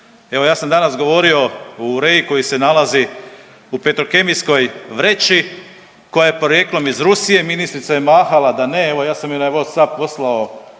Evo ja sam danas govorio o urei koji se nalazi u petrokemijskoj vreći koja je porijeklom iz Rusije, ministrica je mahala da ne, evo ja sam joj na Whatsapp poslao